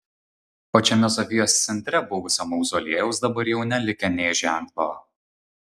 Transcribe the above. pačiame sofijos centre buvusio mauzoliejaus dabar jau nelikę nė ženklo